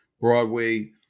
Broadway